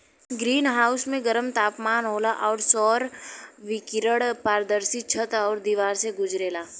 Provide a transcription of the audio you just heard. green house में गरम तापमान होला आउर सौर विकिरण पारदर्शी छत आउर दिवार से गुजरेला